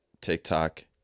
TikTok